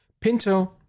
Pinto